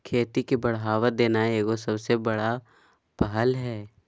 खेती के बढ़ावा देना एगो सबसे बड़ा पहल हइ